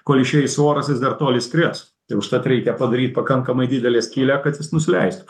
kol išeis oras jis dar toli skries tai užtat reikia padaryt pakankamai didelę skylę kad jis nusileistų